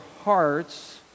hearts